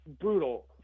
brutal